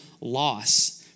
loss